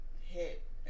hit